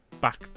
back